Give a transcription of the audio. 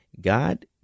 God